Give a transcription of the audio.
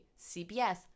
cbs